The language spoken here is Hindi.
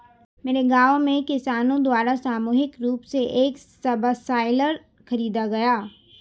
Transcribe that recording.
मेरे गांव में किसानो द्वारा सामूहिक रूप से एक सबसॉइलर खरीदा गया